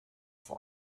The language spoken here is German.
vor